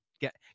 get